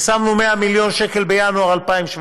ושמנו 100 מיליון שקל בינואר 2017: